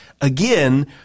again